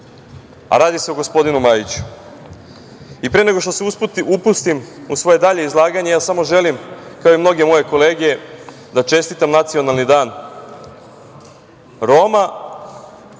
Radi se o gospodinu Majiću. Pre nego što se upustim u svoje dalje izlaganje, ja samo želim, kao i mnoge moje kolege da čestitam Nacionalni dan Roma